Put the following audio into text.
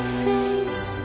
face